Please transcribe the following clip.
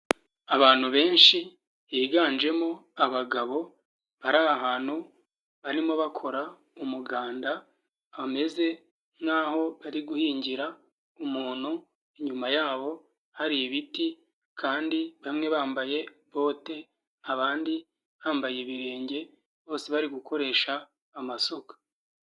Abantu benshi higanjemo abagabo, ari ahantu barimo bakora umuganda, hameze nk'aho bari guhingira umuntu, inyuma yabo hari ibiti kandi bamwe bambaye bote, abandi bambaye ibirenge, bose bari gukoresha amasuka.